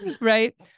Right